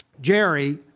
Jerry